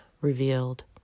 revealed